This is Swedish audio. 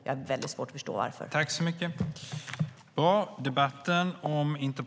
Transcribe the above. Jag har väldigt svårt att förstå varför.